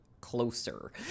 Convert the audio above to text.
closer